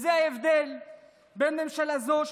זה ההבדל בין הממשלה הזאת,